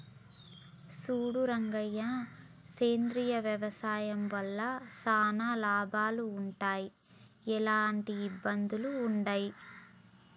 సూడు రంగయ్య సేంద్రియ వ్యవసాయం వల్ల చానా లాభాలు వుంటయ్, ఎలాంటి ఇబ్బందులూ వుండయి